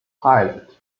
pilot